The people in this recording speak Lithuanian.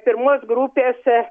pirmos grupės